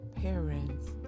parents